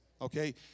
Okay